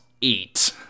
eat